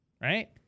right